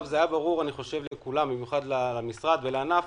היה ברור לכולם, במיוחד למשרד ולענף